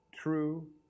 true